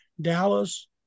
Dallas